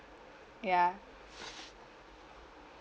ya